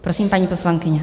Prosím, paní poslankyně.